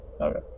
Okay